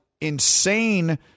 insane